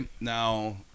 now